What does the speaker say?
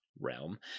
realm